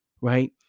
right